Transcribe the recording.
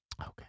Okay